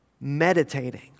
meditating